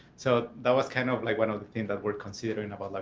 so that was kind of like one of the things that we're considering about, like